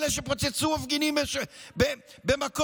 אלה שפוצצו מפגינים במכות.